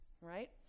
right